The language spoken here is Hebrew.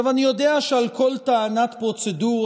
אני יודע שעל כל טענת פרוצדורה